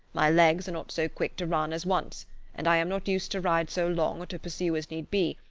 my legs are not so quick to run as once and i am not used to ride so long or to pursue as need be,